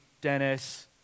Dennis